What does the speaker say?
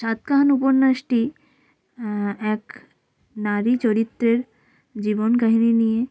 সাতকাহন উপন্যাসটি এক নারী চরিত্রের জীবন কাহিনি নিয়ে